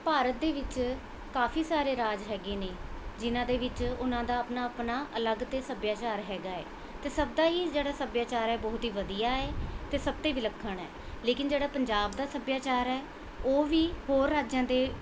ਭਾਰਤ ਦੇ ਵਿੱਚ ਕਾਫ਼ੀ ਸਾਰੇ ਰਾਜ ਹੈਗੇ ਨੇ ਜਿਨ੍ਹਾਂ ਦੇ ਵਿੱਚ ਉਹਨਾਂ ਦਾ ਆਪਣਾ ਆਪਣਾ ਅਲੱਗ ਤੋਂ ਸੱਭਿਆਚਾਰ ਹੈਗਾ ਹੈ ਅਤੇ ਸਭ ਦਾ ਹੀ ਜਿਹੜਾ ਸੱਭਿਆਚਾਰ ਹੈ ਬਹੁਤ ਹੀ ਵਧੀਆ ਹੈ ਅਤੇ ਸਭ ਤੋਂ ਵਿਲੱਖਣ ਹੈ ਲੇਕਿਨ ਜਿਹੜਾ ਪੰਜਾਬ ਦਾ ਸੱਭਿਆਚਾਰ ਹੈ ਉਹ ਵੀ ਹੋਰ ਰਾਜਾਂ ਦੇ